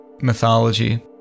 mythology